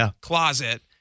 closet